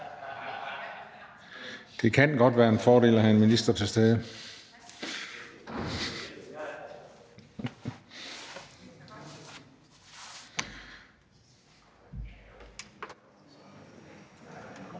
det kan godt være en fordel at have en minister til stede!